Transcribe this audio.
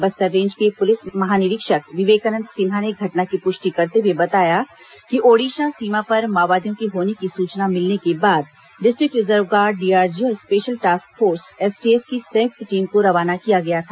Bastar range के police महानिरीक्षक विवेकानंद सिन्हा ने घटना की पुष्टि करते हुए बताया कि ओडिशा सीमा पर माओवादियों के होने की सूचना मिलने के बाद डिस्ट्रिक्ट रिजर्व गार्ड डीआरजी और स्पेशल टास्क फोर्स एसटीएफ की संयुक्त टीम को रवाना किया गया था